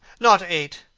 not eight,